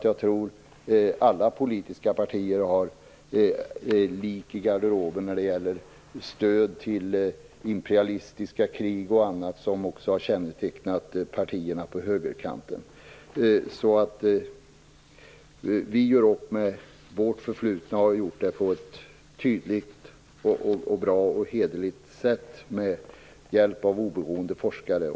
Alla politiska partier har nog lik i garderoben när det gäller stöd till imperialistiska krig och annat som kännetecknat partierna på högerkanten. Vi har gjort upp med vårt förflutna på ett tydligt, bra och hederligt sätt med hjälp av oberoende forskare.